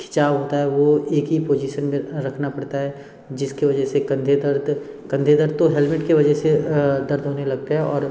खिचाव होता है वो एक ही पोजीशन में रखना पड़ता है जिसकी वजह से कंधे दर्द कंधे दर्द तो हेलमेट के वजह से दर्द होने लगते हैं और